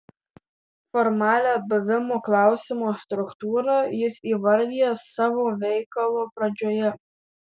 formalią buvimo klausimo struktūrą jis įvardija savo veikalo pradžioje